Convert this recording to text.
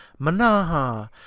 Manaha